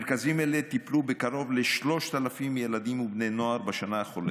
מרכזים אלה טיפלו בקרוב ל-3,000 ילדים ובני נוער בשנה החולפת,